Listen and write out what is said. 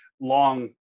long